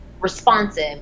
responsive